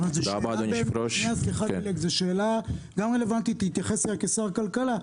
אפשר לשאול שאלה רלוונטית ושתתייחס אליה כשר הכלכלה?